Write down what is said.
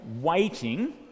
waiting